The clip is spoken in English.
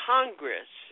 Congress